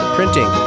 Printing